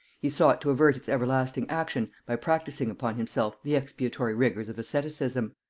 he sought to avert its everlasting action by practising upon himself the expiatory rigors of asceticism.